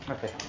Okay